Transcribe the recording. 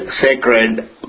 sacred